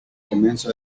comienzo